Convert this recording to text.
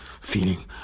feeling